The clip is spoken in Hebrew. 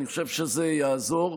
אני חושב שזה יעזור.